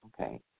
Okay